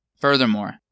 Furthermore